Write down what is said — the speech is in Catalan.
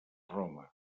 roma